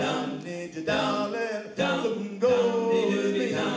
down down down down